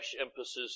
emphasis